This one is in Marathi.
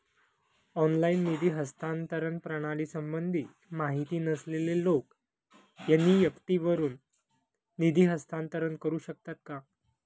ऑनलाइन निधी हस्तांतरण प्रणालीसंबंधी माहिती नसलेले लोक एन.इ.एफ.टी वरून निधी हस्तांतरण करू शकतात का?